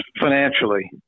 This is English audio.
financially